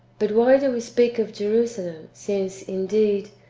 but why do we speak of jerusalem, since, indeed,